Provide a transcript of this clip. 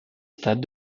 stade